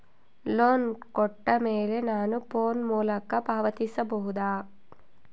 Loan ಕೊಟ್ಟ ಮೇಲೆ ನಾನು ಫೋನ್ ಮೂಲಕ ಪಾವತಿಸಬಹುದಾ?